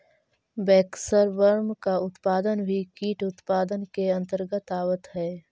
waxworm का उत्पादन भी कीट उत्पादन के अंतर्गत आवत है